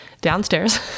downstairs